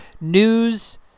news